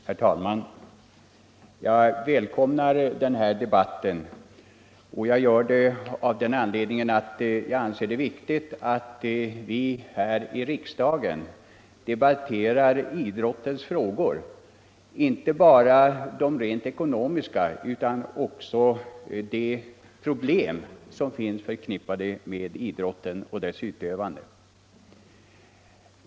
Herr talman! Jag välkomnar denna debatt, eftersom jag anser det viktigt att vi här i riksdagen diskuterar idrottens frågor, inte bara de ekonomiska utan också de övriga problem som finns förknippade med idrotten och dess utövande.